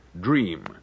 Dream